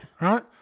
Right